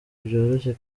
byoroshye